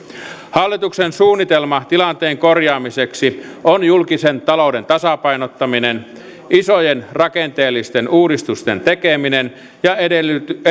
hallituksen suunnitelma tilanteen korjaamiseksi on julkisen talouden tasapainottaminen isojen rakenteellisten uudistusten tekeminen ja edellytysten